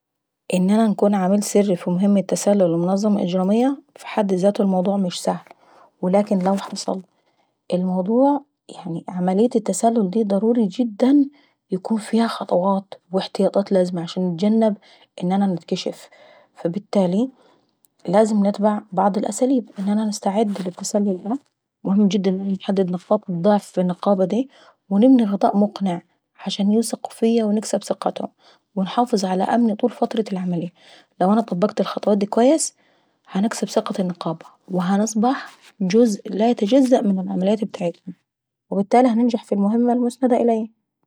ان انا نكون عميل سري في مهمة تسلل لمنظمة إجرامية في حد ذاته الموضوع مش سهل. ولكن لو حصل الموضوع يعني عملية التسلل دي ضروري جدا يكون في خطوات واحتياطات لازمة عشان نتجنب ان انا نكتشف فالبتالي لازم نتبع بعض الأساليب ان نستعد للتسلل دي. مهم جدا انا نحدد نقاط ضعف النقابة داي ونبني غطاء مقنع عشان يوثقوا فيا ونكسب ثقتهم ونحافظ على أمني طول فترة العملية. او انا طبجت الخطوات دي كويس هنكسب ثقة النقابة ونصبح جزء ميتجزأش من العمليات بتاعتهم وبالتالي هننجح في المهمة المسنودة عليي.